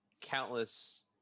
countless